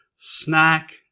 snack